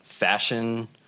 Fashion